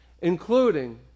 Including